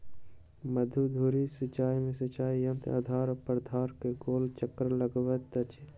मध्य धुरी सिचाई में सिचाई यंत्र आधार प्राधार के गोल चक्कर लगबैत अछि